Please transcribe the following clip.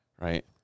right